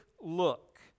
look